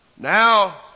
Now